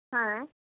হ্যাঁ